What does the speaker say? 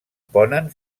ponen